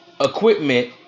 equipment